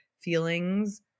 feelings